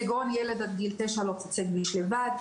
כגון ילד עד גיל 9 לא חוצה כביש לבד,